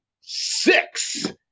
Six